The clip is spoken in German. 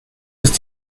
ist